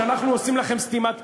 שאנחנו עושים לכם סתימת פיות.